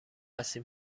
هستیم